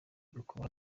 ukubaha